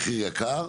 מחיר יקר,